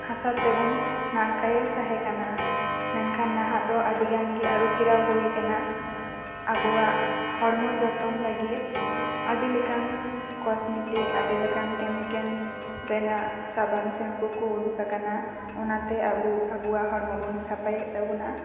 ᱦᱟᱥᱟ ᱛᱮᱵᱚᱱ ᱱᱟᱲᱠᱟᱭᱮᱫ ᱛᱟᱦᱮᱸ ᱠᱟᱱᱟ ᱢᱮᱱᱠᱷᱟᱱ ᱱᱟᱦᱟᱜ ᱫᱚ ᱟᱹᱰᱤ ᱜᱟᱱ ᱜᱮ ᱟᱹᱨᱩ ᱯᱷᱮᱮᱨᱟᱣ ᱦᱩᱭ ᱠᱟᱱᱟ ᱟᱵᱚᱣᱟᱜ ᱦᱚᱲᱢᱚ ᱡᱚᱛᱚᱱ ᱞᱟᱹᱜᱤᱫ ᱟᱹᱰᱤ ᱞᱮᱠᱟᱱ ᱠᱚᱥᱢᱮᱴᱤᱠ ᱟᱹᱰᱤ ᱞᱮᱠᱟᱱ ᱠᱮᱢᱤᱠᱮᱞ ᱨᱮᱱᱟᱜ ᱥᱟᱵᱟᱱ ᱥᱮᱢᱯᱩ ᱠᱚ ᱩᱰᱩᱠ ᱟᱠᱟᱱᱟ ᱚᱱᱟᱛᱮ ᱟᱵᱚ ᱟᱵᱚᱣᱟᱜ ᱦᱚᱲᱢᱚ ᱵᱚᱱ ᱥᱟᱯᱟᱭᱮᱫ ᱛᱟᱵᱚᱱᱟ